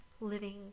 living